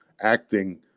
acting